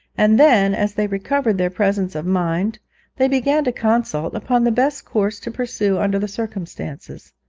and then as they recovered their presence of mind they began to consult upon the best course to pursue under the circumstances.